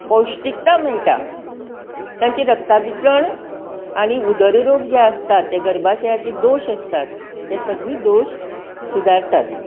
पौश्टीकता मेळटा तांचे रक्ता मिश्रण आनी उदर रूप जे आसता ते गर्भाशयाची दोश आसतात तें सगळें दोश सुधारतात